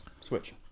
Switch